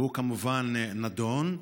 הוא כמובן נדון,